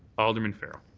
alderman farrell.